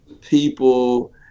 people